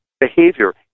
behavior